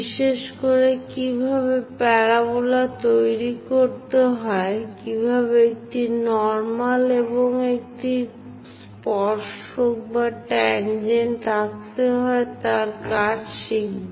বিশেষ করে কিভাবে প্যারাবোলা তৈরি করতে হয় কিভাবে একটি নর্মাল এবং স্পর্শক আঁকতে হয় তার কাজ শিখব